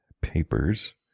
papers